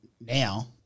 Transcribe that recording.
now